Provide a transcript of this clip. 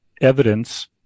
evidence